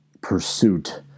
pursuit